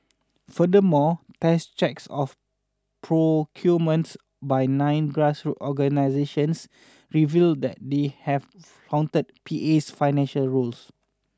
furthermore test checks of procurement by nine grassroots organisations revealed that they have flouted P A's financial rules